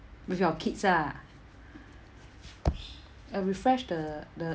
with your kids ah uh refresh the the